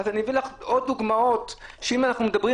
אז אביא לך עוד דוגמאות שאם אנחנו מדברים